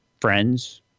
friends